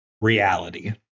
reality